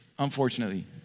unfortunately